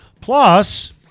Plus